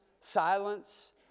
silence